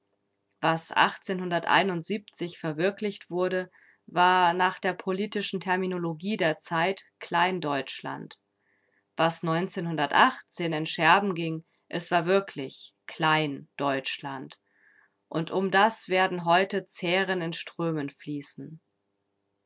was verwirklicht wurde war nach der politischen terminologie der zeit klein-deutschland was in scherben ging es war wirklich klein-deutschland und um das werden heute zähren in strömen fließen